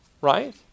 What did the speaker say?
right